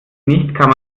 nicht